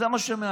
זה מה שמעניין?